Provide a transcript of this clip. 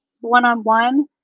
one-on-one